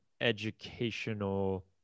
educational